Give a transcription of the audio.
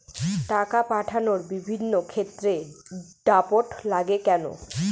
টাকা পাঠানোর বিভিন্ন ক্ষেত্রে ড্রাফট লাগে কেন?